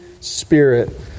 Spirit